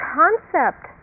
concept